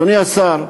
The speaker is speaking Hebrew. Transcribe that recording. אדוני השר,